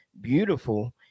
beautiful